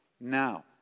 Now